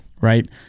Right